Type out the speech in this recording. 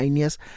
years